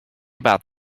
about